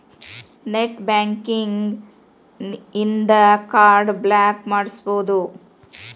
net banking ಇನ್ದಾ card block ಮಾಡ್ಸ್ಬೊದು